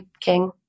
king